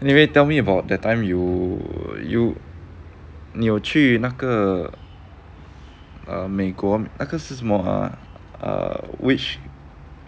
anyway tell me about that time you you 你有去那个 err 美国那个是什么啊 err which